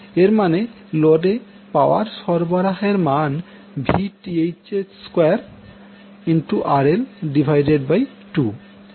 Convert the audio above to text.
এর মানে লোডে পাওয়ার সরবরাহের মান 2 যেখানে R সমান RL